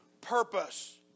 purpose